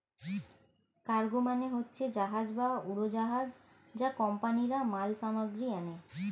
cargo মানে হচ্ছে জাহাজ বা উড়োজাহাজ যা কোম্পানিরা মাল সামগ্রী আনে